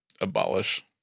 abolish